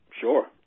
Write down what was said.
Sure